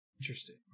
interesting